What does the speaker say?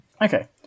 Okay